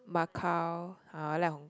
Macau uh I like Hong-Kong